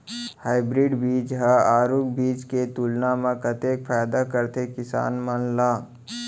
Hybrid बीज हा आरूग बीज के तुलना मा कतेक फायदा कराथे किसान मन ला?